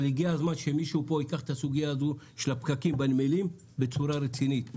אבל הגיע הזמן שמישהו פה ייקח את הסוגיה של הפקקים בנמלים בצורה רצינית.